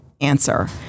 answer